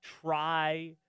try